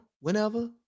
whenever